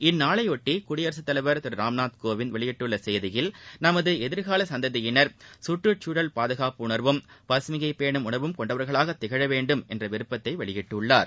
இந்நாளைபொட்டி குடியரசுத் தலைவர் திரு ராம்நாத் கோவிந்த் வெளியிட்டுள் செய்தியில் நமது எதிர்கால சந்ததியினர் கற்றுச்சூழல் பாதுகாப்புணர்வும் பகமையை பேணும் உணர்வும் கொண்டவர்களாகத் திகழ வேண்டுமென்ற விருப்பத்தை வெளியிட்டுள்ளார்